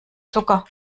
zucker